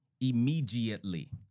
immediately